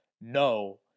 No